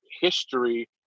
history